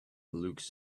looks